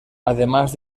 además